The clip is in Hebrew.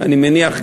אני מניח,